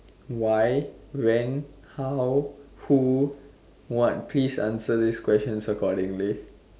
why when how who what please answer these questions accordingly